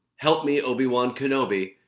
help me, obi-wan kenobi.